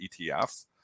ETFs